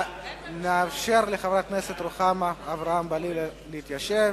נאפשר לחברת הכנסת רוחמה אברהם-בלילא להתיישב.